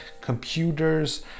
computers